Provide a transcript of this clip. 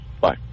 Bye